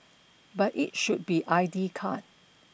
but it should be I D card